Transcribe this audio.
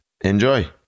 Enjoy